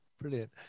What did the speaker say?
Brilliant